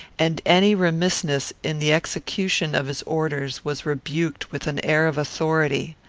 and any remissness in the execution of his orders was rebuked with an air of authority.